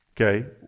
Okay